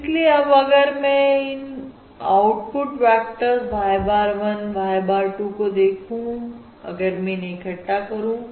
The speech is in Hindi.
इसलिए अब अगर मैं इन output vectors y bar 1 y bar 2 को देखूं अगर मैं इन्हें इकट्ठा करूं